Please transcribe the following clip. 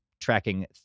tracking